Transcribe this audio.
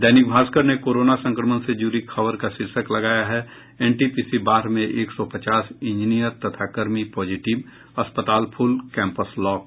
दैनिक भास्कर ने कोरोना संक्रमण से जुड़ी खबर का शीर्षक लगाया है एनटीपीसी बाढ़ में एक सौ पचास इंजीनियर तथा कर्मी पॉजिटिव अस्पताल फुल कैम्पस लॉक